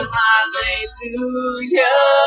hallelujah